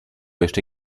jeszcze